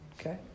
Okay